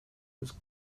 his